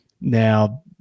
Now